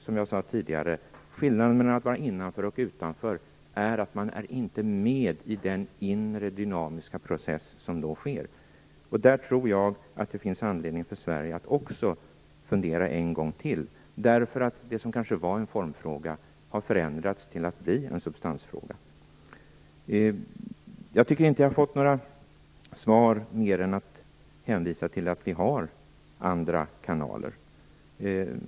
Som jag sade tidigare är skillnaden mellan att vara innanför och utanför att man inte är med i den inre dynamiska process som sker. Jag tror att det finns anledning också för Sverige att fundera en gång till över detta. Det som kanske en gång var en formfråga har förändrats till att bli en substansfråga. Jag tycker inte att jag har fått några svar, annat än att man hänvisar till att det finns andra kanaler.